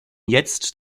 jetzt